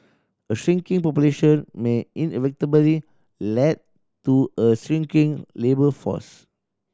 a shrinking population may inevitably led to a shrinking labour force